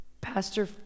pastor